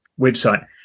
website